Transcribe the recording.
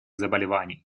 заболеваний